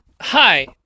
Hi